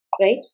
right